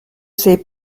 ses